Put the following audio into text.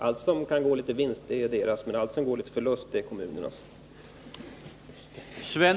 Allt som kan gå med litet vinst är näringslivets sak, men allt som går med förlust är kommunernas sak.